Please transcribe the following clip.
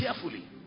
carefully